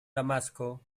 damasco